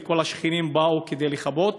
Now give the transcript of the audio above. כי כל השכנים באו לכבות.